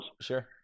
Sure